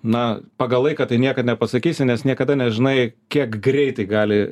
na pagal laiką tai niekad nepasakysi nes niekada nežinai kiek greitai gali